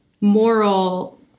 moral